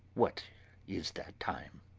what is that time?